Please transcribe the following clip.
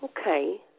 Okay